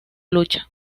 lucha